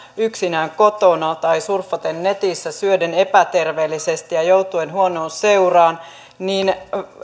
yksinään kotona tai surffaten netissä syöden epäterveellisesti ja joutuen huonoon seuraan niin